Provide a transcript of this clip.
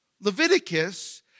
Leviticus